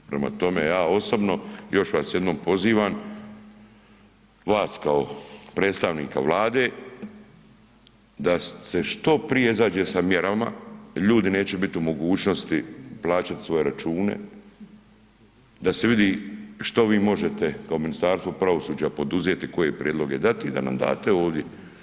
Prema tome, ja osobno još vas jednom pozivam, vas kao predstavnika Vlade da se što prije izađe sa mjerama, ljudi neće biti u mogućnosti plaćati svoje račune, da se vidi što vi možete kao Ministarstvo pravosuđa poduzeti, koje prijedloge dati i da nam date ovdje.